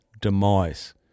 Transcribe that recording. demise